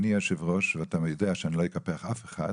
אני היושב ראש ואתה יודע שאני לא אקפח אף אחד,